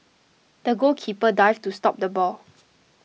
the goalkeeper dived to stop the ball